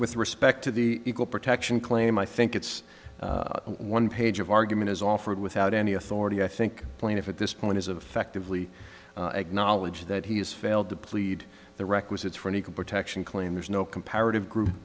with respect to the equal protection claim i think it's one page of argument is offered without any authority i think plaintiff at this point is affectively acknowledge that he has failed to plead the requisite for an equal protection claim there's no comparative group